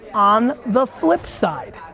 on the flip side,